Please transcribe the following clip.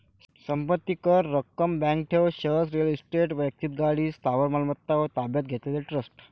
संपत्ती कर, रक्कम, बँक ठेव, शेअर्स, रिअल इस्टेट, वैक्तिक गाडी, स्थावर मालमत्ता व ताब्यात घेतलेले ट्रस्ट